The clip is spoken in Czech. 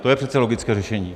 To je přece logické řešení.